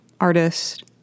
artist